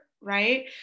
right